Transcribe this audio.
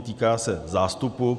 Týká se zástupu.